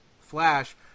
Flash